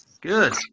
Good